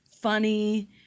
funny